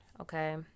Okay